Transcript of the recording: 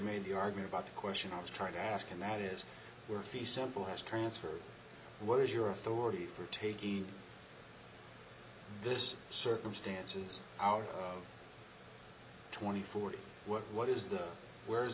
made you argue about the question i was trying to ask and that is where fee simple has transferred what is your authority for taking this circumstances out of twenty four what is the where's